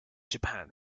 japan